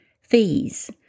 Fees